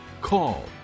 call